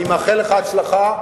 אני מאחל לך הצלחה,